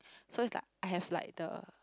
so is like I have like the